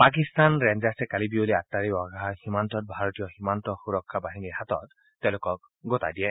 পাকিস্তানৰ ৰেঞ্জাৰ্চে কালি বিয়লি আট্টাৰী ৱাঘা সীমান্তত ভাৰতীয় সীমান্ত সুৰক্ষা বাহিনীৰ হাতত তেওঁলোকক গতাই দিয়ে